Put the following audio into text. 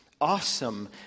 awesome